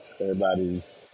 everybody's